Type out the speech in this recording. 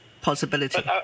possibility